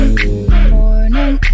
morning